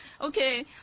okay